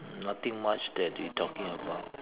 nothing much that they talking about